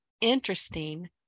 interesting